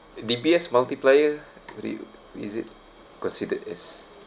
D_B_S multiplier what do you is it considered as